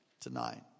tonight